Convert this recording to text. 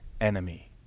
enemy